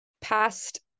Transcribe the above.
past